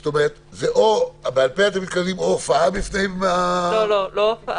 זאת אומרת שבעל פה אתם מתכוונים או הופעה בפני --- לא הופעה.